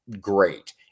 great